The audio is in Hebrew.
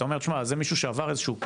אתה אומר תשמע זה מישהו שעבר איזשהו קורס,